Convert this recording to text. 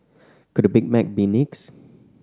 could Big Mac be next